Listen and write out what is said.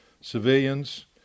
civilians